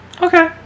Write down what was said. Okay